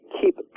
keep